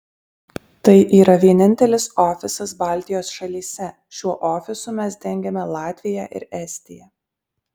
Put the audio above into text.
tai yra vienintelis ofisas baltijos šalyse šiuo ofisu mes dengiame latviją ir estiją